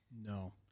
No